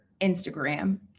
Instagram